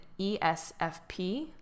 ESFP